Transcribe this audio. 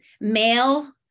male